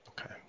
Okay